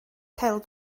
cael